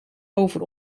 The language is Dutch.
over